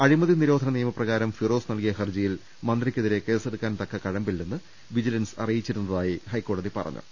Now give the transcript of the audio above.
അഴിമതി നിരോധന നിയമപ്രകാരം ഫിറോസ് നൽകിയ ഹർജിയിൽ മന്ത്രിക്കെതിരെ കേസെടുക്കാൻതക്ക കഴമ്പില്ലെന്ന് വിജിലൻസ് അറിയിച്ചിരുന്നതായി ഹൈക്കോടതി പറഞ്ഞു